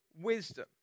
wisdom